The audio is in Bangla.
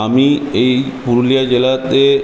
আমি এই পুরুলিয়া জেলাতে